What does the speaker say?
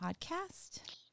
podcast